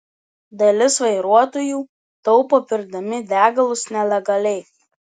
dalis vairuotojų taupo pirkdami degalus nelegaliai